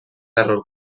error